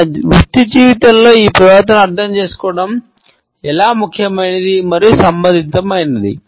మన వృత్తి జీవితంలో ఈ ప్రవర్తనను అర్థం చేసుకోవడం ఎలా ముఖ్యమైనది మరియు సంబంధితమైనది